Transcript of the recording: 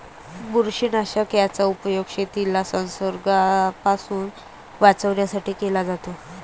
बुरशीनाशक याचा उपयोग शेतीला संसर्गापासून वाचवण्यासाठी केला जातो